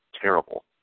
Terrible